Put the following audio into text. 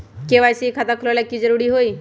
KYC के खाता खुलवा में की जरूरी होई?